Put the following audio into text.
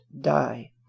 die